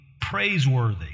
praiseworthy